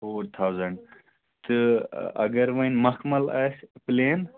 four thousand تہٕ اگر وۅنۍ مخمَل آسہِ پُلین